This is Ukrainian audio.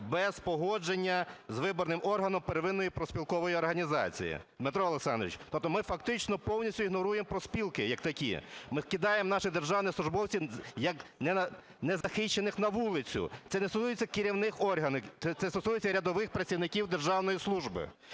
без погодження з виборним органом первинної профспілкової організації. Дмитре Олександровичу, от ми, фактично, повністю ігноруємо профспілки як такі, ми кидаємо наших державних службовців як незахищених на вулицю, це не стосується керівних органів, це стосується рядових працівників державної служби,